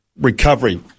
recovery